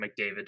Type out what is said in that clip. McDavid